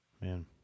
Man